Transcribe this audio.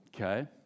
okay